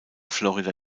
florida